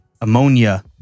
ammonia